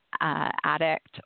addict